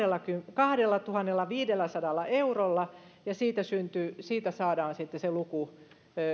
kahdellatuhannellaviidelläsadalla eurolla ja siitä saadaan sitten se luku